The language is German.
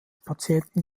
patienten